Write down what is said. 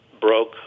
broke